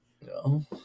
No